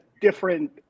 different